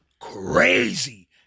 crazy